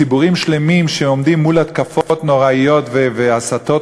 ציבורים שלמים שעומדים מול התקפות נוראיות והסתות